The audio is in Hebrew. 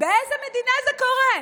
באיזה מדינה זה קורה?